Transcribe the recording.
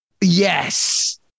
yes